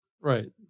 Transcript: Right